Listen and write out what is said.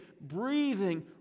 breathing